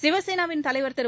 சிவசேனாவின் தலைவர் திரு